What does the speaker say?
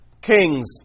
Kings